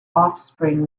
offspring